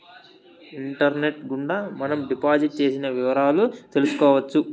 internet గుండా మనం deposit చేసిన వివరాలు తెలుసుకోవచ్చు